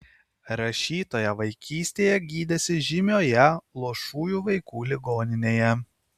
rašytoja vaikystėje gydėsi žymioje luošųjų vaikų ligoninėje